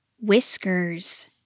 Whiskers